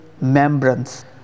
membranes